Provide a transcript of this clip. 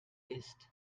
ist